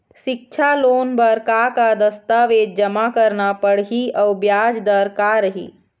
सिक्छा लोन बार का का दस्तावेज जमा करना पढ़ही अउ ब्याज दर का रही?